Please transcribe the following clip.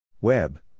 Web